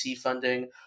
funding